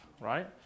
right